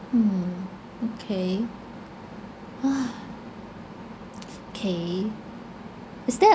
hmm okay !hais! kay is there